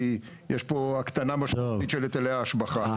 כי יש פה הקטנה משמעותית של היטלי ההשבחה.